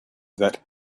that